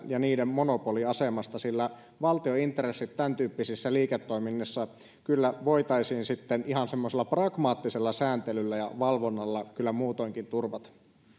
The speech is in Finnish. ja niiden monopoliasemasta sillä valtion intressit tämäntyyppisessä liiketoiminnassa voitaisiin kyllä ihan semmoisella pragmaattisella sääntelyllä ja valvonnalla muutoinkin turvata